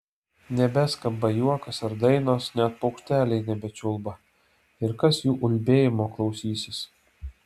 nebeskamba juokas ir dainos net paukšteliai nebečiulba ir kas jų ulbėjimo klausysis